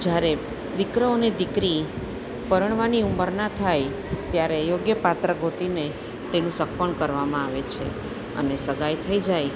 જ્યારે દીકરો અને દીકરી પરણવાની ઉંમરના થાય ત્યારે યોગ્ય પાત્ર ગોતીને તેનું સગપણ કરવામાં આવે છે અને સગાઈ થઈ જાય